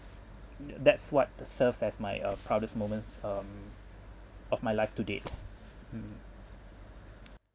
that's what that serves as my uh proudest moments um of my life to date mm